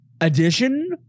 edition